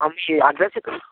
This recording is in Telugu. మీ అడ్రస్ ఎక్కడ